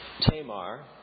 Tamar